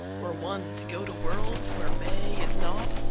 were one to go to worlds where may is naught,